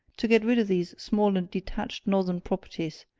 to get rid of these small and detached northern properties,